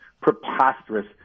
preposterous